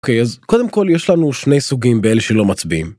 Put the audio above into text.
אוקיי, אז קודם כל יש לנו שני סוגים באלה שלא מצביעים.